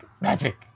magic